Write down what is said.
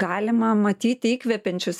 galima matyti įkvepiančius